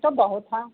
ये तो बहुत है